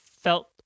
felt